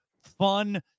Fun